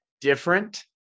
different